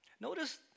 Notice